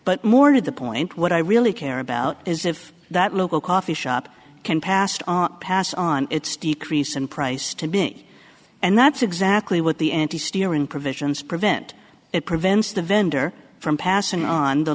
but more to the point what i really care about is if that local coffee shop can past pass on its decrease in price to being and that's exactly what the anti steering provisions prevent it prevents the vendor from passing on the